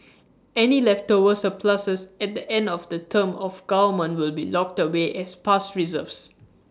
any leftover surpluses at the end of the term of government will be locked away as past reserves